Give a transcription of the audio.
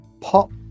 pop